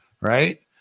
right